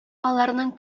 аларның